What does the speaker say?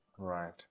right